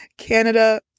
Canada